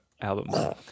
album